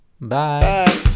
bye